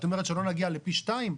את אומרת שלא נגיע לפי שתיים,